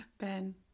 ben